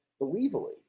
believably